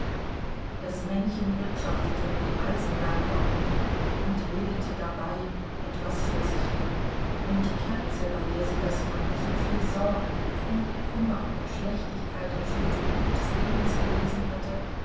das männchen wirtschaftete mit dem eisenwerk herum und redete dabei etwas vor sich hin und die kerze bei der sie das von soviel sorgen betrug kummer und schlechtigkeit erfüllte buch des lebens gelesen hatte